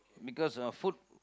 because ah food